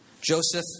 Joseph